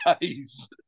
days